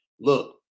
look